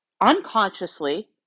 unconsciously